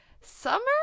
summer